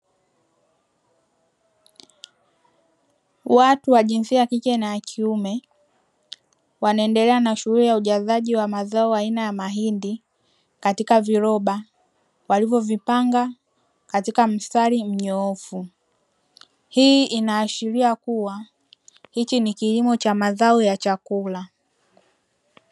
Watu wa jinsia ya kike na ya kiume wanaendelea na shughuli ya ujazaji wa mazao aina ya mahindi katika viroba walivyovipanga katika mstari mnyoofu. Hii inaashiria kuwa, hichi ni kilimo cha mazao ya chakula.